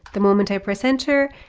the moment i press enter,